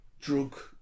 drug